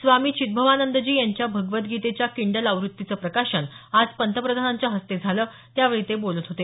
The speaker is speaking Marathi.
स्वामी चिद्दवानंदजी यांच्या भगवद्गीतेच्या किंडल आवृत्तीचं प्रकाशन आज पंतप्रधानांच्या हस्ते झालं त्यावेळी ते बोलत होते